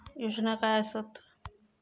योजना काय आसत?